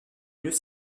mieux